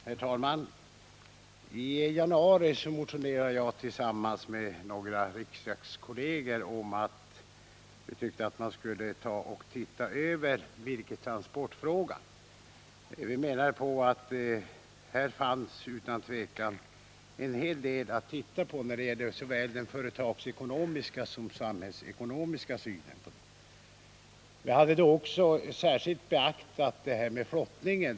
Herr talman! I januari motionerade jag och några riksdagskolleger om att man borde se över virkestransportfrågan. Vi menade att det här utan tvivel finns en hel del att undersöka när det gäller såväl företagsekonomiska som samhällsekonomiska problem. Vi beaktade särskilt flottningen.